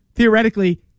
Theoretically